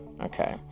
Okay